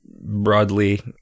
broadly